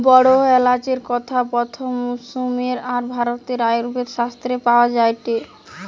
বড় এলাচের কথা প্রথম সুমের আর ভারতের আয়ুর্বেদ শাস্ত্রে পাওয়া যায়